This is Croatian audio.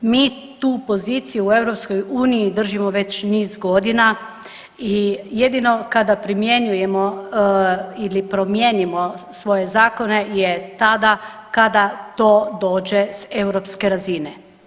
Mi tu poziciju u EU držimo već niz godina i jedino kada primjenjujemo i promijenimo svoje zakone je tada kada to dođe s europske razine.